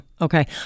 okay